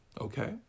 okay